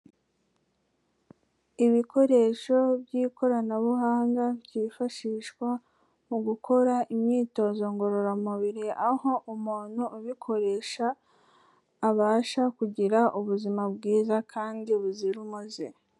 Ibikoresho by'ikoranabuhanga byifashishwa mu gukora imyitozo ngororamubiri, aho umuntu ubikoresha abasha kugira ubuzima bwiza kandi buzira umuze.